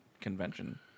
convention